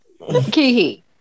Kihi